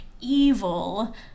evil